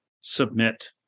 submit